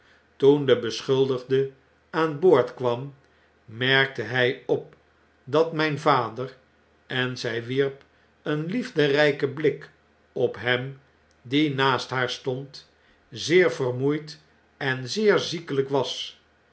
toen de beschuldigde aan boordkwam merkte hij op dat mijn vader en zy wierp een liefderyken blik op hem die naast haar stond zeer vermoeid en zeer ziekelijk was